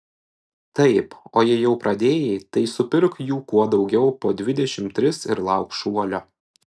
taip o jei jau pradėjai tai supirk jų kuo daugiau po dvidešimt tris ir lauk šuolio